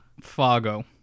Fargo